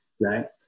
right